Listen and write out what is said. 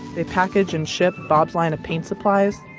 they package and ship bob's line of paint supplies,